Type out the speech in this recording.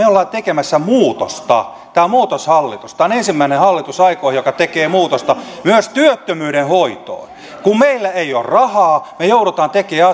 olemme tekemässä muutosta tämä on muutoshallitus tämä on ensimmäinen hallitus aikoihin joka tekee muutosta myös työttömyyden hoitoon kun meillä ei ole rahaa me joudumme tekemään